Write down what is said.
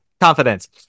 confidence